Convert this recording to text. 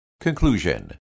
Conclusion